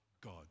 God